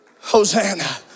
Hosanna